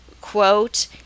quote